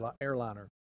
airliner